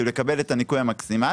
כאילו לקבל את הניכוי המקסימלי.